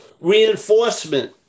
reinforcement